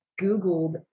Googled